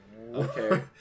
Okay